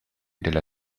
della